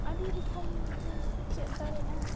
ᱟᱹᱰᱤ ᱨᱚᱠᱚᱢᱮᱢ ᱪᱮᱫ ᱫᱟᱲᱮᱭᱟᱜᱼᱟ